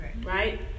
right